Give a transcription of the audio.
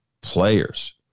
players